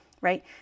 right